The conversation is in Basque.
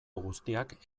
guztiak